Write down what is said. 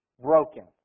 broken